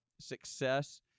success